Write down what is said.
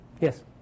Yes